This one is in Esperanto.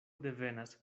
devenas